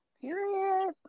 period